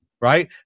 right